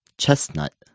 chestnut